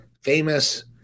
famous